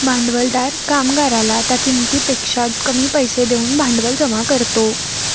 भांडवलदार कामगाराला त्या किंमतीपेक्षा कमी पैसे देऊन भांडवल जमा करतो